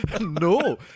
No